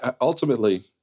ultimately